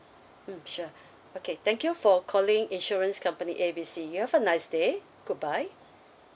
mm sure okay thank you for calling insurance company A B C you have a nice day goodbye